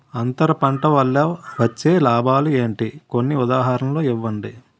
అంతర పంట వల్ల వచ్చే లాభాలు ఏంటి? కొన్ని ఉదాహరణలు ఇవ్వండి?